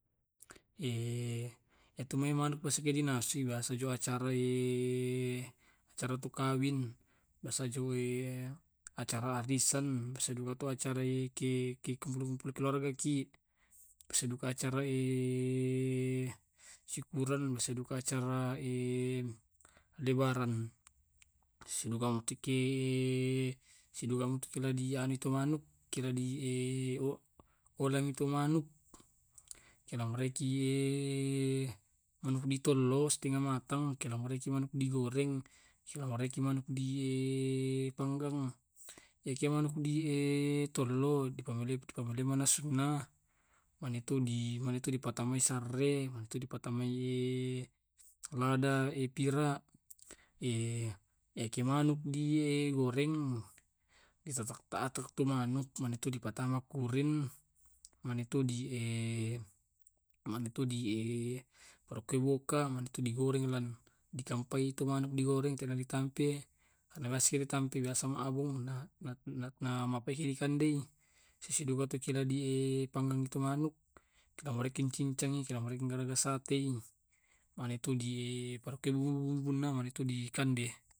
itu mai manuk di nasi biasa jo diacarae, acara tu kawing, biasa jo e acara arisan, biasa duka to acara ke kudu ke keluarga ki. Bisa duka ke acara syukuran sisiduka ke acara lebaran. Sisiduka untuk ki sisiduka untuk ke to manu olam itu manuk kelamarikie manuk ditollo setengah matang, Kelamarikie manuk digoreng, kelamarikie manuk di panggang. Iyakie manuk di tollo dipamaloke dipamoleki nasunna, mane tu mane tu dipatamai sarre, mane tu dipatamai lada e pira. ki manuk di goreng ditata-tata tu manuk mane tu dipatama kuring, mane tu di mane tu di paroke bokang. Mane tu digoreng la dikampai itu manuk digoreng tena ditampae. Na mase ditampae biasa ma abung na na na mapahei dikandei. Sisiduka tu ki la di dipanggang tu manuk, dicincangi, digaraga satae, mane tu di parakebui bumbunna, mane tu dikande.